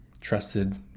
trusted